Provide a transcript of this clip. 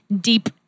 deep